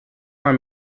mal